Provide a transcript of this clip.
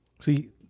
See